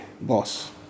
boss